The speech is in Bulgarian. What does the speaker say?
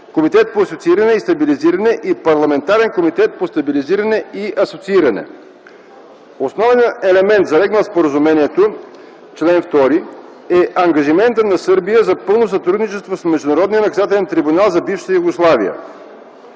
Комитет по асоцииране и стабилизиране и Парламентарен комитет по стабилизиране и асоцииране. Основен елемент, залегнал в споразумението (чл.2), е ангажиментът на Сърбия за пълно сътрудничество с Международния наказателен трибунал за бивша Югославия.